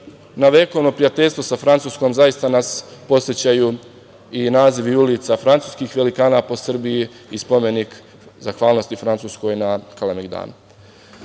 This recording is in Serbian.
na vekovno prijateljstvo sa Francuskom zaista nas podsećaju i nazivi i ulice francuskih velikana po Srbiji i spomenik zahvalnosti Francuskoj na Kalemegdanu. Sarađuje